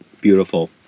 Beautiful